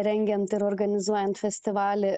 rengiant ir organizuojant festivalį